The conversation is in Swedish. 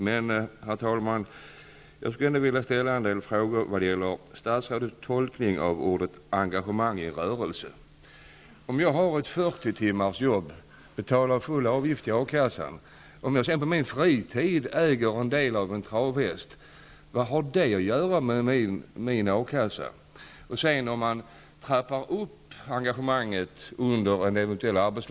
Men, herr talman, jag skulle ändå vilja ställa en del frågor när det gäller statsrådets tolkning av uttrycket Jag kan t.ex. ha ett 40-timmarsarbete och betala full avgift till A-kassan. Som en fritidssysselsättning äger jag en del av en travhäst. Men vad har det att göra med min A-kassa? Under en period av eventuell arbetslöshet kan jag sedan trappa upp engagemanget.